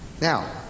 now